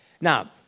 Now